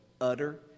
utter